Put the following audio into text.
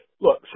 Look